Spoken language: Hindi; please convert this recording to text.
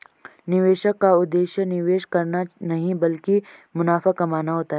निवेशक का उद्देश्य निवेश करना नहीं ब्लकि मुनाफा कमाना होता है